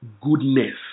goodness